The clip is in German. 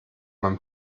man